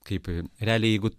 kaip realiai jeigu